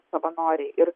savanoriai ir